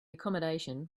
accommodation